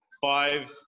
Five